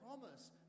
promise